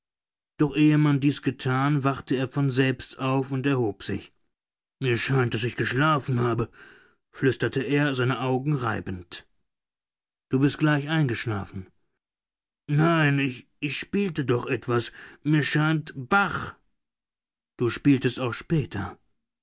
doch ehe man dies getan wachte er von selbst auf und erhob sich mir scheint daß ich geschlafen habe flüsterte er seine augen reibend du bist gleich eingeschlafen nein ich spielte doch etwas mir scheint bach du spieltest auch später